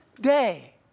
day